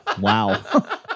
wow